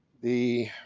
the